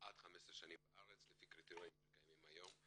עד 15 שנים בארץ לפי הקריטריונים שקיימים היום.